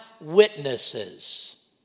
witnesses